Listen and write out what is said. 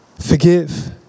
Forgive